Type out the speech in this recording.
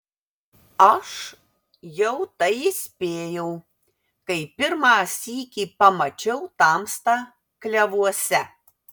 aš jau tai įspėjau kai pirmą sykį pamačiau tamstą klevuose